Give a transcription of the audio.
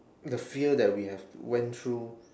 the fear that we have went through